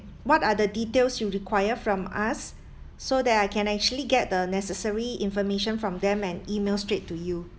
what are the details you require from us so that I can actually get the necessary information from them and email straight to you